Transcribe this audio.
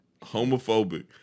Homophobic